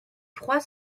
trois